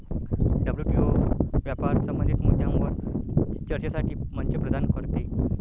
WTO व्यापार संबंधित मुद्द्यांवर चर्चेसाठी मंच प्रदान करते